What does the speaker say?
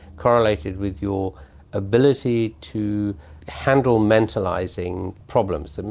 correlated with your ability to handle mentalising problems. and